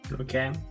Okay